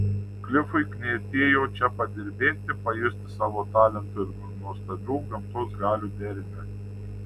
klifui knietėjo čia padirbėti pajusti savo talento ir nuostabių gamtos galių dermę